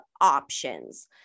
options